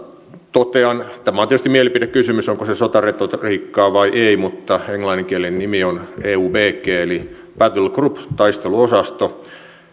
totean tämä on tietysti mielipidekysymys onko se sotaretoriikkaa vai ei että englanninkielinen nimi on eubg eli battlegroup taisteluosasto